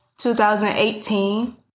2018